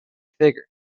figure